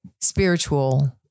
spiritual